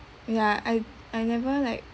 ya I I never like